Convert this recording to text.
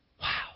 Wow